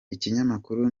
ikinyamakuru